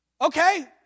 Okay